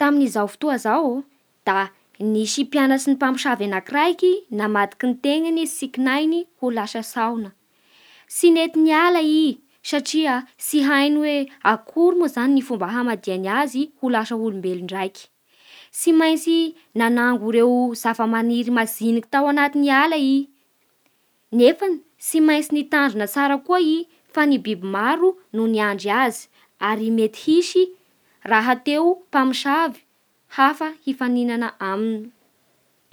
Tamin'izao fotoa izao da nisy mpianatsy ny mpamosavy anakiraiky namadiky ny tenany tsy kinahiny ho lasa sahona Tsy nety niala i satria tsy hainy hoe akory moa zany ny fomba hamadinany azy ho lasa olombolo ndraiky Tsy maintsy nanango ireo zava-maniry madiniky tao anaty ala i nefa tsy maintsy nitandrina tsara koa i fa ny biby maro no niandry azy ary mety hisy rahateo mpamosavy hafa hifaninana aminy